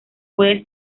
puede